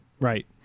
Right